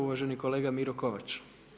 Uvaženi kolega Miro Kovač.